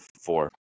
four